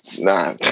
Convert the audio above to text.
Nah